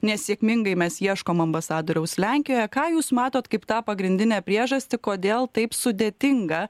nesėkmingai mes ieškom ambasadoriaus lenkijoje ką jūs matot kaip tą pagrindinę priežastį kodėl taip sudėtinga